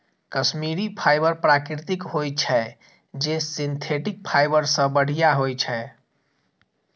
Kashmiri fibre प्राकृतिक होइ छै, जे सिंथेटिक फाइबर सं बढ़िया होइ छै